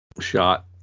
shot